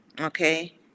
okay